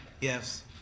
Yes